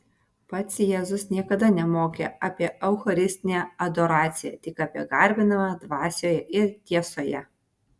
pats jėzus niekada nemokė apie eucharistinę adoraciją tik apie garbinimą dvasioje ir tiesoje